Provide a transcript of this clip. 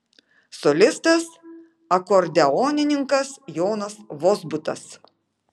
solistas akordeonininkas jonas vozbutas